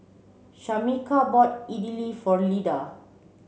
Shamika bought Idili for Lyda